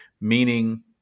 Meaning